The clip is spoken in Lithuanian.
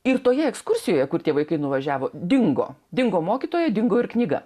ir toje ekskursijoje kur tie vaikai nuvažiavo dingo dingo mokytoja dingo ir knyga